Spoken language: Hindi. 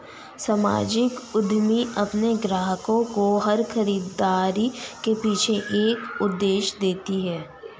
सामाजिक उद्यमी अपने ग्राहकों को हर खरीदारी के पीछे एक उद्देश्य देते हैं